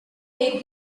make